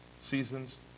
Seasons